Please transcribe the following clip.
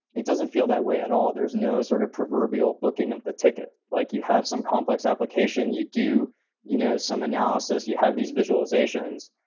it doesn't feel that way at all. there's no sort of proverbial booking of the ticket. like you have some complex application, you do you know some analysis, you have these visualizations,